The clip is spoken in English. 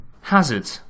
Hazard